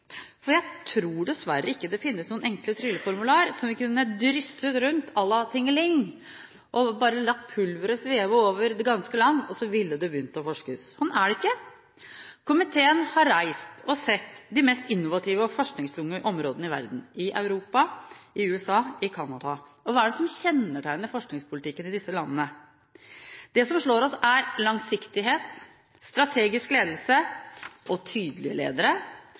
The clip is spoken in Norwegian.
urealistisk. Jeg tror dessverre ikke det finnes noe enkle trylleformular som vi kunne drysset rundt, à la Tingeling, og bare latt pulveret sveve over det ganske land, så ville det begynt å forskes. Sånn er det ikke. Komiteen har reist og sett de mest innovative og forskningstunge områdene i verden – i Europa, i USA og i Canada. Hva er det som kjennetegner forskningspolitikken i disse landene? Det som slår oss, er langsiktighet, strategisk ledelse og tydelige ledere,